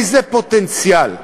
איזה פוטנציאל,